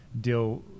Deal